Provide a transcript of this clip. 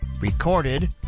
recorded